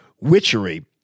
witchery